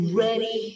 ready